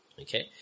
Okay